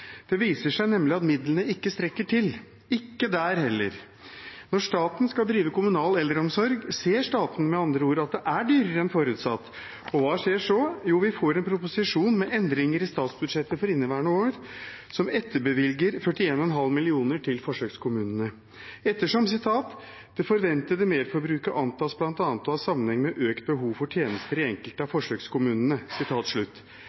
Det viser seg nemlig at midlene ikke strekker til – ikke der heller. Når staten skal drive kommunal eldreomsorg, ser staten med andre ord at det er dyrere enn forutsatt. Og hva skjer så? Jo, vi får en proposisjon med endringer i statsbudsjettet for inneværende år som etterbevilger 41,5 mill. kr til forsøkskommunene. Ettersom: «Det forventede merforbruket antas blant annet å ha sammenheng med økt behov for tjenester i enkelte av